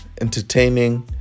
Entertaining